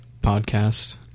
podcast